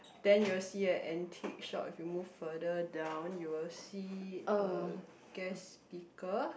then you will see an antique shop if you move further down you will see a guest speaker